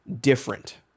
different